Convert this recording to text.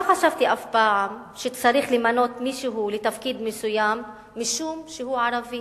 לא חשבתי אף פעם שצריך למנות מישהו לתפקיד מסוים משום שהוא ערבי